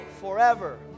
forever